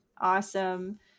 Awesome